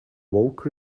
woke